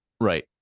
Right